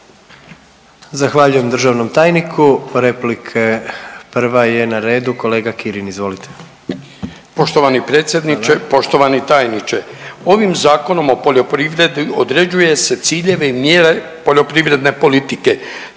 Zahvaljujem državnom tajniku. Replike, prva je na redu kolega Kirin. Izvolite. **Kirin, Ivan (HDZ)** Poštovani predsjedniče, poštovani tajniče. Ovim Zakonom o poljoprivredi određuje se ciljeve i mjere poljoprivredne politike.